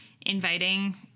inviting